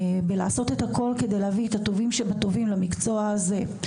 לעשות את הכל כדי להביא את הטובים שבטובים למקצוע הזה.